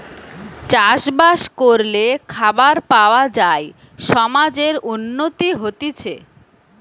চাষ বাস করলে খাবার পাওয়া যায় সমাজের উন্নতি হতিছে